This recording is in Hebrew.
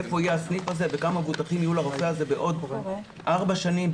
איפה יהיה הסניף הזה וכמה מבוטחים יהיו לרופא הזה בעוד ארבע שנים,